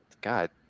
god